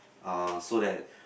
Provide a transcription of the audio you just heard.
uh so that